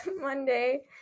Monday